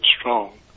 strong